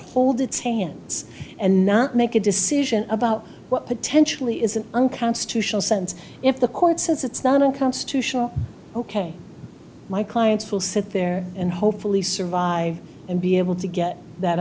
hold its hands and not make a decision about what potentially is an unconstitutional sense if the court says it's not unconstitutional ok my clients will sit there and hopefully survive and be able to get that